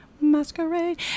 Masquerade